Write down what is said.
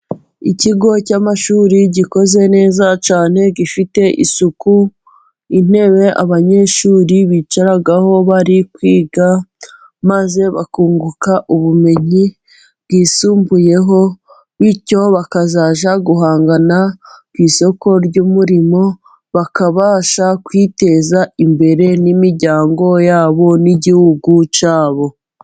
Ikigo cy'amashuri gikoze neza cyane gifite isuku, intebe abanyeshuri bicaraho bari kwiga maze bakunguka ubumenyi bwisumbuyeho, bityo bakazajya guhangana ku isoko ry'umurimo bakabasha kwiteza imbere, n'imiryango yabo n'igihugu cyabo.